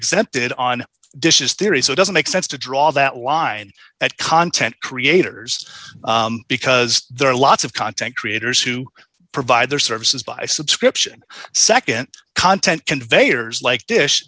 exempted on dishes theories it doesn't make sense to draw that line that content creators because there are lots of content creators who provide their services by subscription nd content conveyors like dish